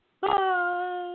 Bye